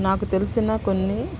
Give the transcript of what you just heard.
నాకు తెలిసిన కొన్ని